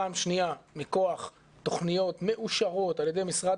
פעם שניה מכח תכניות מאושרות על ידי משרד